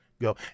go